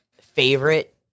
favorite